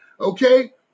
Okay